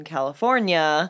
California